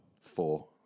four